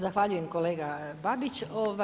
Zahvaljujem kolega Babić.